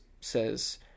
says